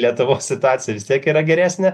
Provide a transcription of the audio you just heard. lietuvos situacija vis tiek yra geresnė